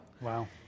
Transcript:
Wow